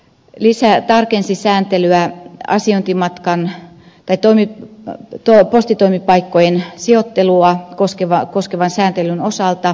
lisää tarkensi sääntelyään asiointimatkan teki tarkennuksen postitoimipaikkojen sijoittelua koskevan sääntelyn osalta